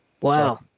Wow